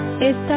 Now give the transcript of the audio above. Esta